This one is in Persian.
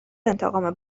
انتقام